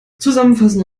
zusammenfassen